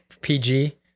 PG